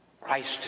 Christ